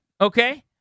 okay